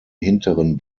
hinteren